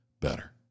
better